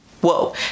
whoa